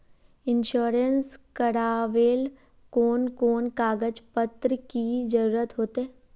Insurance करावेल कोन कोन कागज पत्र की जरूरत होते?